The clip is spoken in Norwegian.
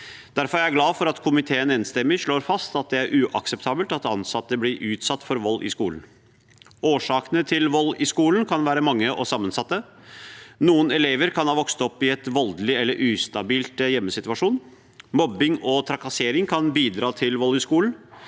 Derfor er jeg glad for at komiteen enstemmig slår fast at det er uakseptabelt at ansatte blir utsatt for vold i skolen. Årsakene til vold i skolen kan være mange og sammensatte. Noen elever kan ha vokst opp i et voldelig hjem eller i en ustabil hjemmesituasjon. Mobbing og trakassering kan også bidra til vold i skolen.